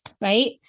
right